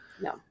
No